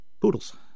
poodles